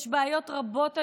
יש בעיות רבות היום,